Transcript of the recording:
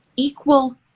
equal